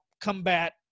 combat